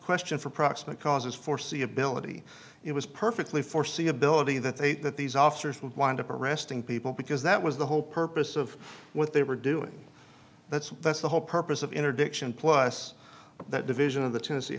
question for proximate cause is foreseeability it was perfectly foreseeability that they that these officers would wind up arresting people because that was the whole purpose of what they were doing that's that's the whole purpose of interdiction plus that division of the ten